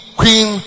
queen